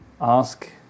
ask